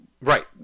right